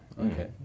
Okay